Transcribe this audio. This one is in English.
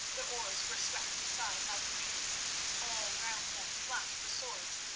the oars were swept aside like reeds all round them flashed the swords,